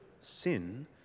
sin